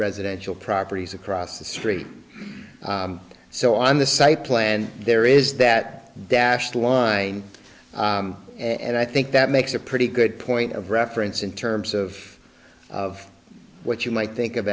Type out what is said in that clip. residential properties across the street so on the site plan there is that dashed line and i think that makes a pretty good point of reference in terms of of what you might think of